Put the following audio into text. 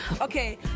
Okay